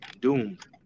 Doomed